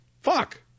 fuck